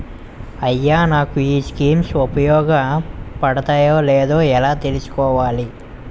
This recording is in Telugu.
అయ్యా నాకు ఈ స్కీమ్స్ ఉపయోగ పడతయో లేదో ఎలా తులుసుకోవాలి?